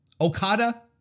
Okada